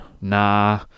Nah